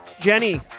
Jenny